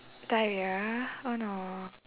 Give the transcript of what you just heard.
diarrhea oh no